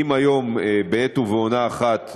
אם כיום בעת ובעונה אחת,